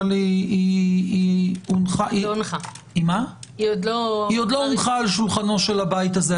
אבל היא עוד לא הונחה על שולחנו של הבית הזה.